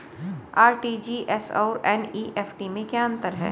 RTGS और NEFT में क्या अंतर है?